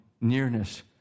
nearness